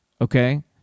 okay